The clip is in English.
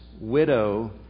widow